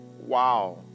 Wow